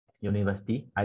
university